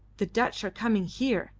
the dutch are coming here.